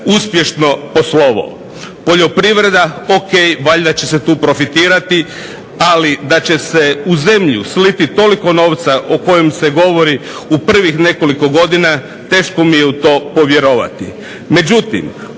uspješno poslovao. Poljoprivreda o.k. valjda će se tu profitirati ali da će se u zemlju sliti toliko novca o kojem se govori u prvih nekoliko godina, teško mi je u to povjerovati.